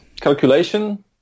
Calculation